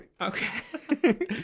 Okay